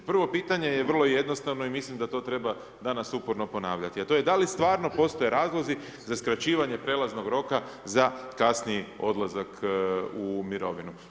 Prvo je pitanje je vrlo jednostavno i mislim da to treba danas uporno ponavljati a to je da li stvarno postoje razlozi za skraćivanje prijelaznog roka za kasniji odlazak u mirovinu?